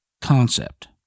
concept